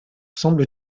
semble